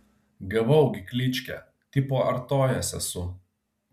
gavau gi kličkę tipo artojas esu